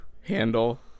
handle